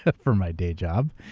ah for my day job,